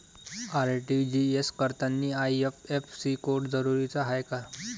RTGS करतांनी IFSC code जरुरीचा हाय का?